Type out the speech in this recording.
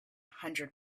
hundred